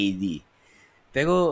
pero